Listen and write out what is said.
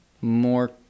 more